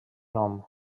nom